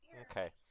Okay